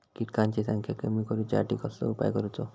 किटकांची संख्या कमी करुच्यासाठी कसलो उपाय करूचो?